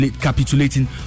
capitulating